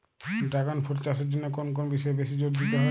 Dragon fruit চাষের জন্য কোন কোন বিষয়ে বেশি জোর দিতে হয়?